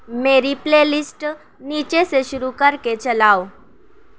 میری playlist نیچے سے شروع کر کے چلاؤ